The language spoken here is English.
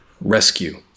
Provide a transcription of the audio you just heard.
rescue